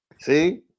See